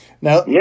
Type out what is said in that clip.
now